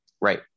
Right